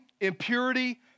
impurity